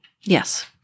Yes